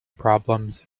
problems